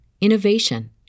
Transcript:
innovation